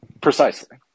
Precisely